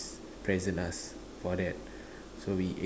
present us for that so we ate